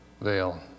veil